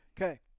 Okay